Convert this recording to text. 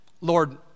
Lord